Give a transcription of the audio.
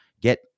get